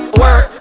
work